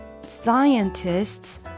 Scientists